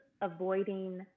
avoiding